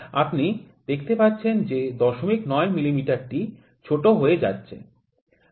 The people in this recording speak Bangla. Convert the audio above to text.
আপনি দেখতে পাচ্ছেন যে ০৯ মিমি টি ছোট হয়ে যাচ্ছে